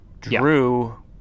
drew